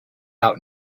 out